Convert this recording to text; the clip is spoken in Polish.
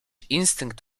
instynkt